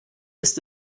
ist